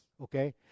okay